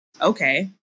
okay